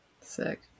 sick